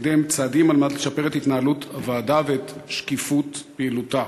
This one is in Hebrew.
בהקדם צעדים לשיפור התנהלות הוועדה ואת שקיפות פעילותה.